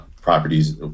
properties